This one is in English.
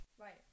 Right